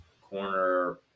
corner